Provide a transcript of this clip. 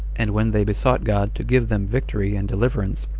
and when they besought god to give them victory and deliverance,